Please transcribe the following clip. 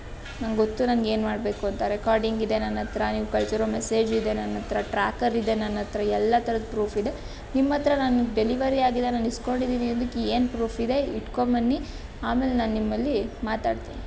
ನನಗೊತ್ತು ನನಗೇನು ಮಾಡಬೇಕು ಅಂತ ರೆಕಾರ್ಡಿಂಗ್ ಇದೆ ನನ್ನ ಹತ್ರ ನೀವು ಕಳಿಸಿರೋ ಮೆಸೇಜ್ ಇದೆ ನನ್ನ ಹತ್ರ ಟ್ರ್ಯಾಕರ್ ಇದೆ ನನ್ನ ಹತ್ರ ಎಲ್ಲ ಥರದ ಪ್ರೂಫ್ ಇದೆ ನಿಮ್ಮ ಹತ್ರ ನನಗೆ ಡೆಲಿವರಿ ಆಗಿದೆ ನಾನು ಇಸ್ಕೊಂಡಿದ್ದೀನಿ ಅನ್ನೋದಕ್ಕೆ ಏನು ಪ್ರೂಫ್ ಇದೆ ಇಟ್ಕೊಂಬನ್ನಿ ಆಮೇಲೆ ನಾನು ನಿಮ್ಮಲ್ಲಿ ಮಾತಾಡ್ತೀನಿ